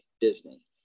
Disney